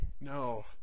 No